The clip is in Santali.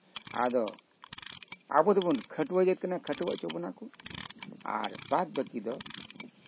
ᱟᱫᱚ ᱟᱵᱚ ᱫᱚᱵᱚᱱ ᱠᱷᱟᱹᱴᱣᱟᱹ ᱫᱟᱲᱮᱭᱟᱜ ᱛᱮ ᱠᱷᱟᱹᱴᱣᱟᱹ ᱦᱚᱪᱚ ᱵᱚᱱᱟ ᱠᱚ ᱟᱨ ᱵᱟᱫᱼᱵᱟᱠᱤ ᱫᱚ